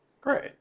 Great